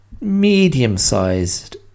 medium-sized